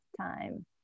time